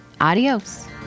Adios